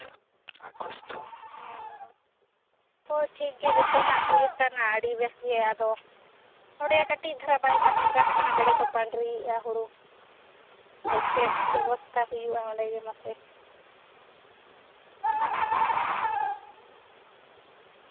ᱦᱳᱭ ᱴᱷᱤᱠ ᱜᱮᱭᱟ ᱡᱚᱛᱚᱱᱟᱜ ᱦᱩᱭᱟᱠᱟᱱᱟ ᱟᱹᱰᱤ ᱵᱮᱥ ᱜᱮ ᱟᱫᱚ ᱚᱸᱰᱮ ᱠᱟᱹᱴᱤᱡ ᱫᱷᱟᱨᱟ ᱵᱟᱭ ᱜᱟᱱ ᱫᱷᱟᱨᱟ ᱠᱟᱱᱟ ᱵᱮᱲᱮ ᱠᱚ ᱯᱟᱸᱰᱨᱤᱭᱮᱜᱼᱟ ᱦᱳᱲᱳ ᱟᱫᱚ ᱪᱮᱫ ᱵᱮᱵᱚᱥᱛᱷᱟ ᱦᱩᱭᱩᱜᱼᱟ ᱚᱸᱰᱮ ᱜᱮ ᱢᱟᱥᱮ